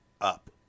up